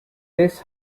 this